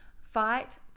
fight